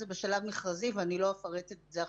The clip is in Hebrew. זה בשלב מכרזי, ואני לא אפרט על זה עכשיו,